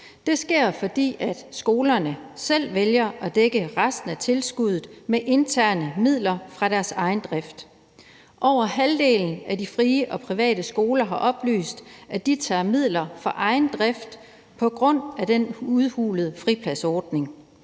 Det sker, fordi skolerne selv vælger at dække resten af tilskuddet med interne midler fra deres egen drift. Over halvdelen af de frie og private skoler har oplyst, at de tager midler fra egen drift på grund af den udhulede fripladsordning.